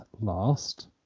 last